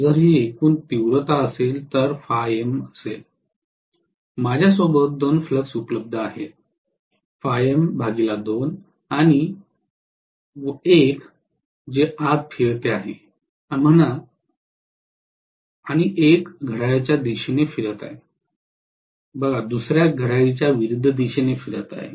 जर ही एकूण तीव्रता असेल तर माझ्यासोबत दोन फ्लक्स उपलब्ध आहेत आणि 1 आत फिरते आहे म्हणा आणि 1 घड्याळाच्या दिशेने फिरत आहे म्हणा दुसरा घड्याळाच्या विरूद्ध दिशेने फिरत आहे